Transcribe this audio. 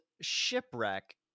Shipwreck